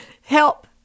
help